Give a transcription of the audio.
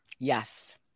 Yes